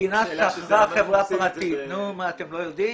המדינה שכרה חברה פרטית, נו, מה, אתם לא יודעים?